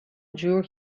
جور